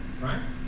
Right